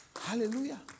Hallelujah